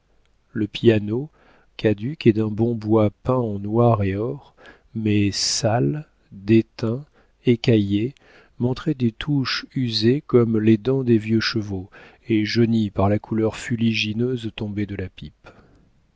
le piano caduc et d'un bon bois peint en noir et or mais sale déteint écaillé montrait des touches usées comme les dents des vieux chevaux et jaunies par la couleur fuligineuse tombée de la pipe